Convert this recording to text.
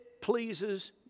pleases